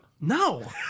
No